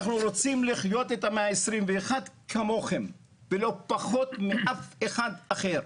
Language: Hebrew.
אנחנו רוצים לחיות את המאה ה-21 כמוכם ולא פחות מאף אחד אחר.